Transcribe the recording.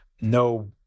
no